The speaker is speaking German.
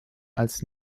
als